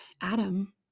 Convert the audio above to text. Adam